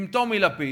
עם טומי לפיד,